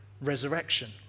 resurrection